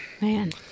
Man